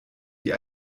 die